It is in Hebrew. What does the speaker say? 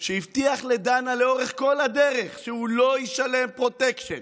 שהבטיח לדנה לאורך כל הדרך שהוא לא ישלם פרוטקשן,